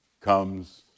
comes